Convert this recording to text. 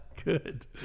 good